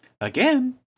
Again